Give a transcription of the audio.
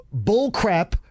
bullcrap